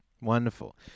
Wonderful